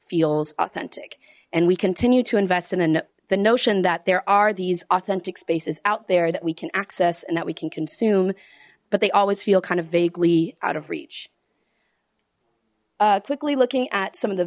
feels authentic and we continue to invest in an the notion that there are these authentic spaces out there that we can access and that we can consume but they always feel kind of vaguely out of reach quickly looking at some of the